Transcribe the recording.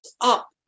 up